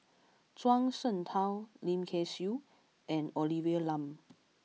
Zhuang Shengtao Lim Kay Siu and Olivia Lum